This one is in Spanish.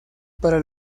para